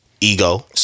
ego